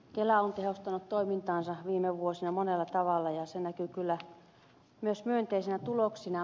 kela on tehostanut toimintaansa viime vuosina monella tavalla ja se näkyy kyllä myös myönteisinä tuloksina